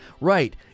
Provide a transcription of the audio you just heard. Right